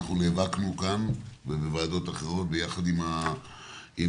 אנחנו נאבקנו כאן ובוועדות אחרות ביחד עם העמותה,